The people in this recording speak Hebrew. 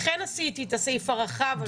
לכן עשיתי את הסעיף הרחב הזה.